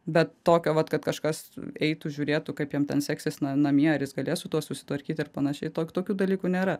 bet tokio vat kad kažkas eitų žiūrėtų kaip jam ten seksis na namie ar jis galės su tuo susitvarkyti ir panašiai to tokių dalykų nėra